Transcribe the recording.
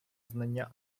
знання